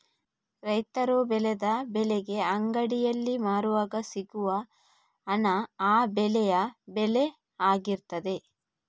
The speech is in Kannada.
ರೈತರು ಬೆಳೆದ ಬೆಳೆಗೆ ಅಂಗಡಿಯಲ್ಲಿ ಮಾರುವಾಗ ಸಿಗುವ ಹಣ ಆ ಬೆಳೆಯ ಬೆಲೆ ಆಗಿರ್ತದೆ